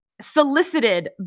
solicited